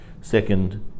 Second